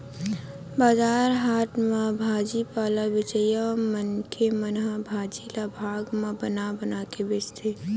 बजार हाट म भाजी पाला बेचइया मनखे मन ह भाजी ल भाग म बना बना के बेचथे